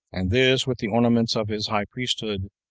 and this with the ornaments of his high priesthood,